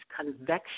Convection